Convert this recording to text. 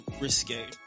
risque